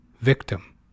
victim